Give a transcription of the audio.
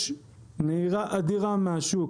יש נהירה אדירה מהשוק,